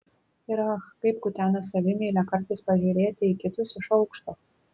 ir ach kaip kutena savimeilę kartais pažiūrėti į kitus iš aukšto